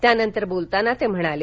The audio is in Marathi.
यानंतर बोलताना ते म्हणाले